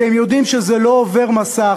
כי הם יודעים שזה לא עובר מסך,